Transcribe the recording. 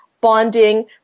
bonding